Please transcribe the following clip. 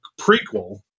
prequel